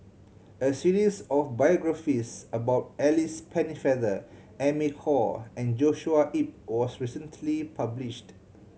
a series of biographies about Alice Pennefather Amy Khor and Joshua Ip was recently published